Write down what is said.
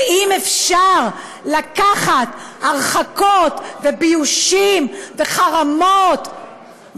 ואם אפשר לקחת הרחקות וביושים וחרמות,